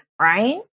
right